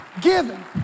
given